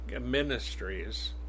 Ministries